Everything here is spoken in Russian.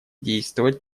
действовать